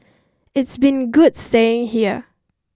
it's been good staying here